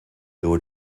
door